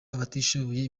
abatishoboye